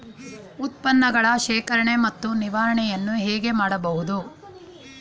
ಉತ್ಪನ್ನಗಳ ಶೇಖರಣೆ ಮತ್ತು ನಿವಾರಣೆಯನ್ನು ಹೇಗೆ ಮಾಡಬಹುದು?